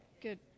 Good